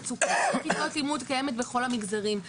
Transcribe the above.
ומצוקת כיתות לימוד קיימת בכל המגזרים.